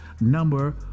number